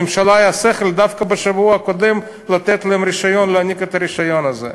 לממשלה היה שכל דווקא בשבוע שעבר להעניק את הרישיון הזה.